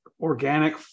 organic